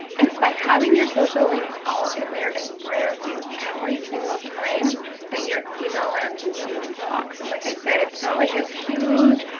and by having your social links all in there, it brands you every single time that your e-mail lands in someone's box, and like i said, it's not like this huge,